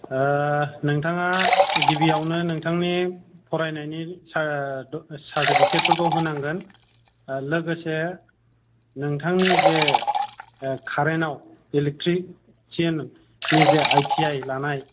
ओ नोंथाङा गिबियावनो नोंथांनि फरायनायनि सार्टिफिकेटफोरखौ होनांगोन लोगोसे ओ नोंथांनि जे कारेन्टआव इलेक्ट्रिसियाननि जे आइ टि आइ लानाय